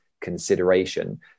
consideration